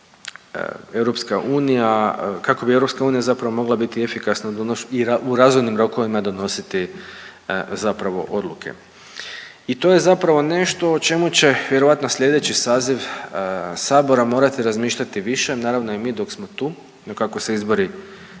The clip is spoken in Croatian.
kako bi EU zapravo mogla biti efikasna i u razumnim rokovima donositi zapravo odluke. I to je zapravo nešto o čemu će vjerojatno slijedeći saziv sabora morati razmišljati više, naravno i mi dok smo tu, no kako se izbori